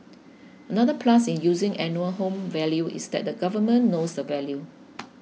another plus in using annual home value is that the government knows the value